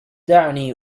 دعني